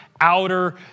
outer